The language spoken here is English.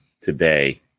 today